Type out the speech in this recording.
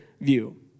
view